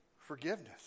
forgiveness